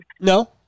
No